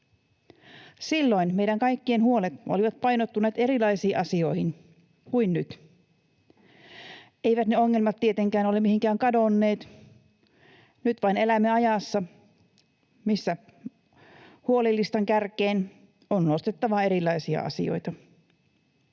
Silloin meidän kaikkien huolet olivat painottuneet erilaisiin asioihin kuin nyt. Eivät ne ongelmat tietenkään ole mihinkään kadonneet. Nyt vain elämme ajassa, missä huolilistan kärkeen on nostettava erilaisia asioita.